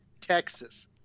Texas